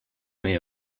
may